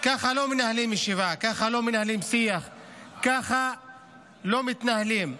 ככה לא מנהלים ישיבה, ככה לא מנהלים שיח,